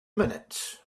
minutes